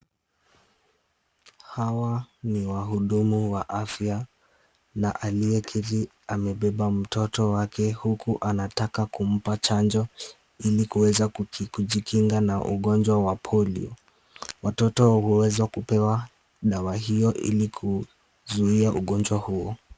Hawa ni wahudumu wa afya na aliyeketi amebeba mtoto wake huku anataka kumpa chanjo. Ili kuweza kujikinga na ugonjwa wa polio. Watoto wa huweza kupewa dawa hiyo ili kuzuia ugonjwa huo.